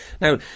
Now